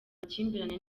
amakimbirane